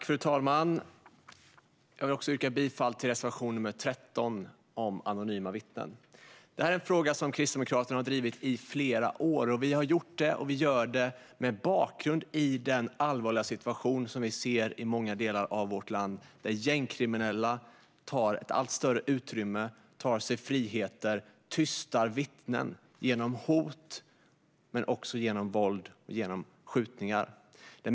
Fru talman! Jag vill också yrka bifall till reservation nr 13 om anonyma vittnen. Det här är en fråga som Kristdemokraterna har drivit i flera år. Vi har gjort och gör det mot bakgrund av den allvarliga situation som vi ser i många delar av vårt land, där gängkriminella tar ett allt större utrymme, tar sig friheter och tystar vittnen genom hot, våld och skjutningar.